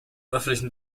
öffentlichen